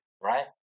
Right